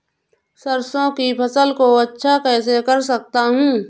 सरसो की फसल को अच्छा कैसे कर सकता हूँ?